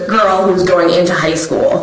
girl who was going into high school